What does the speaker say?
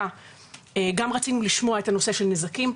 גם רצינו לשמוע את הנושא של נזקים,